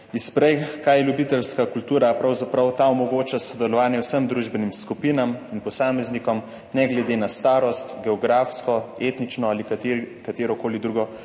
prej, kaj je ljubiteljska kultura. Pravzaprav ta omogoča sodelovanje vsem družbenim skupinam in posameznikom ne glede na starost, geografsko, etnično ali katerokoli drugo